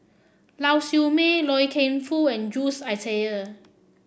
Lau Siew Mei Loy Keng Foo and Jules Itier